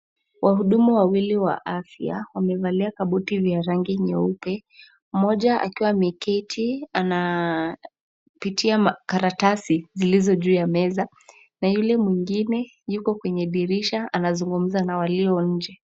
Wahudumu wawili wa afya wamevalia kabuti vya rangi nyeupe, mmoja akiwa ameketi anapitia karatasi zilizo juu ya meza, na yule mwingine yuko kwenye dirisha anazungumza na walio nje.